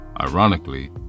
Ironically